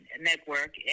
network